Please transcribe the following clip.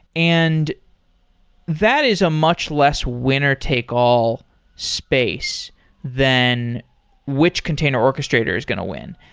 and that is a much less winner take all space than which container orchestrator is going to win.